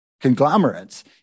conglomerates